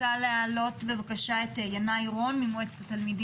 זאת אומרת שיש להם איזושהי שגרה קבועה.